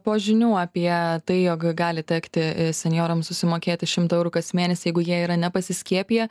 po žinių apie tai jog gali tekti senjorams susimokėti šimtą eurų kas mėnesį jeigu jie yra nepasiskiepiję